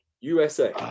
USA